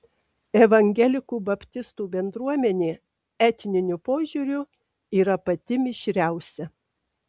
evangelikų baptistų bendruomenė etniniu požiūriu yra pati mišriausia